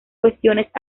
cuestiones